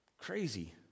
crazy